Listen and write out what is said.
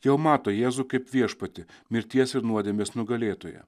jau mato jėzų kaip viešpatį mirties ir nuodėmės nugalėtoją